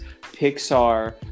pixar